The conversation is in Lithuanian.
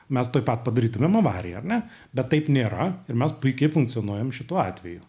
mes tuoj pat padarytumėm avariją ar ne bet taip nėra ir mes puikiai funkcionuojam šituo atveju